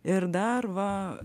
ir dar va